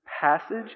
passage